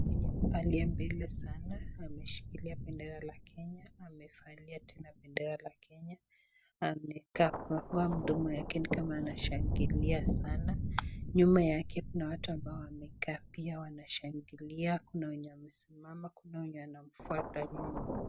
Aliyeangalia mbele sana ameshikilia bendera la Kenya, amevalia tena bendera la Kenya, amefungua mdomo yake ni kama anashangilia sana, nyuma yake kuna watu ambao wamekaa pia wanashangilia, kuna wenye wamesimama, kuna wenye wanamfuta nyuma.